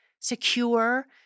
secure